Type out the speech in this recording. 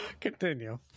Continue